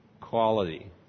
quality